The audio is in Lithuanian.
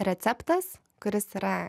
receptas kuris yra